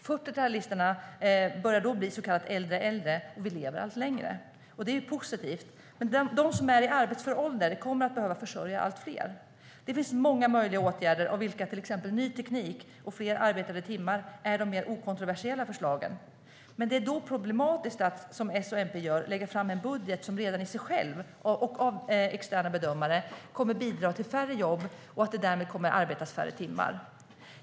40-talisterna börjar då bli så kallade äldre äldre, och vi lever allt längre. Det är positivt, men de som är i arbetsför ålder kommer att behöva försörja allt fler. Det finns många möjliga åtgärder, av vilka till exempel ny teknik och fler arbetade timmar är de mer okontroversiella förslagen. Men då är det problematiskt att, som S och MP gör, lägga fram en budget som redan i sig själv och enligt externa bedömare kommer att bidra till färre jobb och därmed färre arbetade timmar.